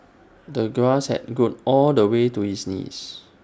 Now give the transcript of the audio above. the grass had grown all the way to his knees